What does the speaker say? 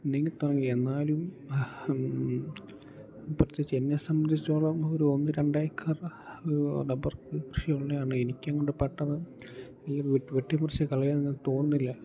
നീങ്ങിത്തുടങ്ങി എന്നാലും പ്രത്യേകിച്ച് എന്നെ സംബന്ധിച്ചോളം ഒരു ഒന്ന് രണ്ടേക്കർ റബ്ബർ കൃഷിയുള്ളതാണ് എനിക്കങ്ങോട്ട് പെട്ടെന്ന് ഈ വെട്ടിമുറിച്ച് കളയാൻ തോന്നുന്നില്ല